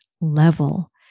level